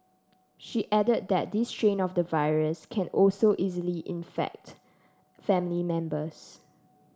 she added that this strain of the virus can also easily infect family members